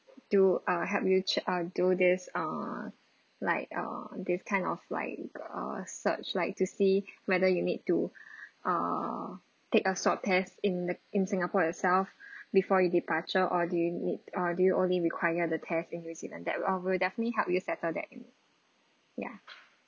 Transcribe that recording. to uh help you ch~ uh do this uh like uh this kind of like uh such like to see whether you need to err take a swab test in the in singapore yourself before your departure or do you need uh do you only require the test in new zealand that uh we'll definitely help you settle that um ya